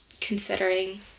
considering